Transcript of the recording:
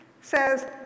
says